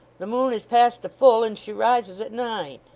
the moon is past the full, and she rises at nine